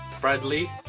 Bradley